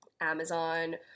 Amazon